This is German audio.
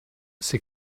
sie